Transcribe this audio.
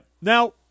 now